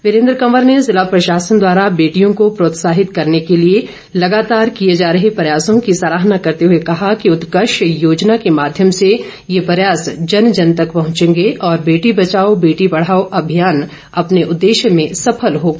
वीरेन्द्र कवर ने ज़िला प्रशासन द्वारा बेटियों को प्रोत्साहित करने के लिए लगातार किए जा रहे प्रयासों की सराहना करते हुए कहा कि उत्कर्ष योजना के माध्यम से ये प्रयास जन जन तक पहुंचेंगे और बेटी बचाओ बेटी पढ़ाओं अभियान अपने उद्देश्य में सफल होगा